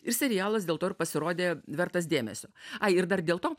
ir serialas dėl to ir pasirodė vertas dėmesio ai ir dar dėlto